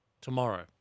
tomorrow